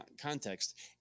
context